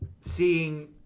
seeing